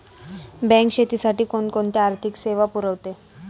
Bank शेतीसाठी कोणकोणत्या आर्थिक सेवा पुरवते?